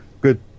good